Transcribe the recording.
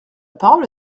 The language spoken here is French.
parole